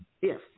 yes